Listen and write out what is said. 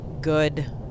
good